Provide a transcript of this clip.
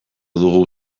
dugu